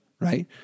right